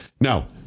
Now